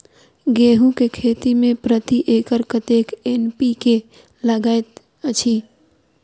गेंहूँ केँ खेती मे प्रति एकड़ कतेक एन.पी.के लागैत अछि?